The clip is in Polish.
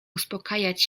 uspokajać